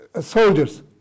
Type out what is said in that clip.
soldiers